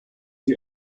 die